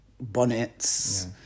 bonnets